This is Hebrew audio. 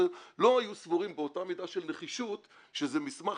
לא היו סבורים באותה מידה של נחישות שזה מסמך